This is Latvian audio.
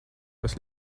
kas